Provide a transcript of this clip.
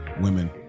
women